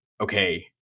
okay